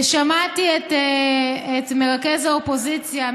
ושמעתי את מרכז האופוזיציה,